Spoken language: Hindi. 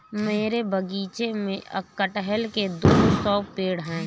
मेरे बगीचे में कठहल के दो सौ पेड़ है